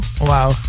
Wow